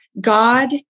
God